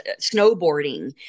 snowboarding